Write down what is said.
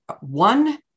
One